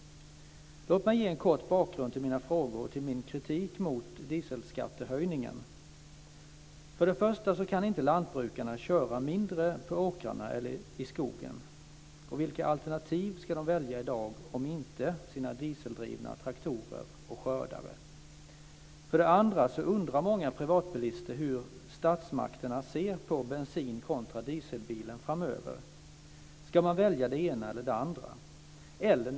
Låt mig ge en kort bakgrund till mina frågor och till min kritik mot dieselskattehöjningen. För det första kan inte lantbrukarna köra mindre på åkrarna eller i skogen. Vilka alternativ ska de välja i dag, om inte sina dieseldrivna traktorer och skördare? För det andra undrar många privatbilister hur statsmakterna ser på bensin kontra dieselbilen framöver. Ska man välja det ena eller det andra?